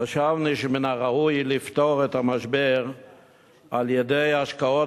חשבנו שמן הראוי לפתור את המשבר על-ידי השקעות